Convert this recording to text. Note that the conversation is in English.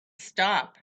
stop